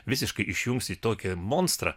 visiškai išjungsi tokį monstrą